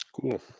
Cool